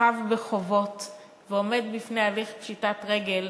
שחב חובות ועומד בפני הליך פשיטת רגל,